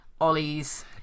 Ollie's